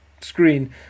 screen